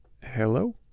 Hello